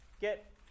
get